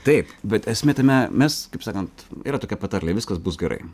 taip bet esmė tame mes kaip sakant yra tokia patarlė viskas bus gerai